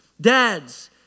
dads